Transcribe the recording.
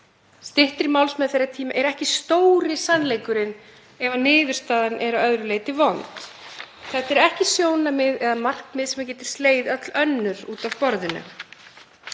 Styttri málsmeðferðartími er ekki stóri sannleikurinn ef niðurstaðan er að öðru leyti vond. Þetta er ekki sjónarmið eða markmið sem getur slegið öll önnur út af borðinu.